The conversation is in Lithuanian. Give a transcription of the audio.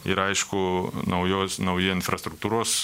ir aišku naujos nauji infrastruktūros